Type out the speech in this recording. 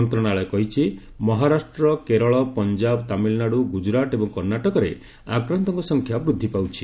ମନ୍ତ୍ରଣାଳୟ କହିଛି ମହାରାଷ୍ଟ୍ର କେରଳ ପଞ୍ଜାବ ତାମିଲ୍ନାଡୁ ଗୁଜୁରାଟ୍ ଏବଂ କର୍ଷ୍ଣାଟକରେ ଆକ୍ରାନ୍ତଙ୍କ ସଂଖ୍ୟା ବୃଦ୍ଧି ପାଉଛି